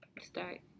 start